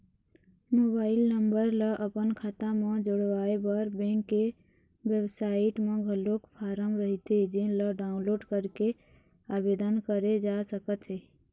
mobile number ल अपन खाता म जोड़वाए बर बेंक के बेबसाइट म घलोक फारम रहिथे जेन ल डाउनलोड करके आबेदन करे जा सकत हे